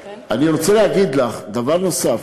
אני רוצה להגיד לך דבר נוסף,